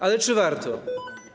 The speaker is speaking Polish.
Ale czy warto?